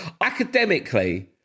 academically